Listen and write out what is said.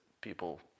people